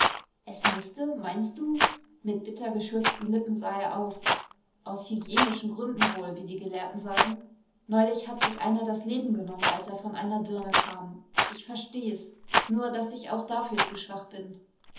es mußte meinst du mit bitter geschürzten lippen sah er auf aus hygienischen gründen wohl wie die gelehrten sagen neulich hat sich einer das leben genommen als er von einer dirne kam ich versteh's nur daß ich auch dafür zu schwach bin